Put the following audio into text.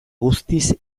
guztiz